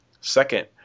Second